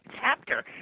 chapter